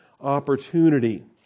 opportunity